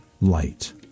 light